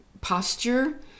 posture